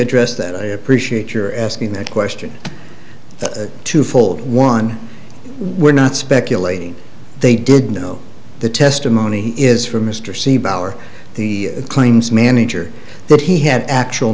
address that i appreciate your asking that question a twofold one we're not speculating they did know the testimony is from mr c bauer the claims manager that he had actual